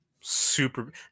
Super